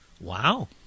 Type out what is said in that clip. Wow